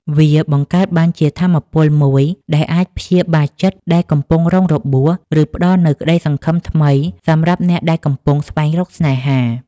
វាបង្កើតបានជាថាមពលមួយដែលអាចព្យាបាលចិត្តដែលកំពុងរងរបួស ឬផ្ដល់នូវក្តីសង្ឃឹមថ្មីសម្រាប់អ្នកដែលកំពុងស្វែងរកស្នេហា។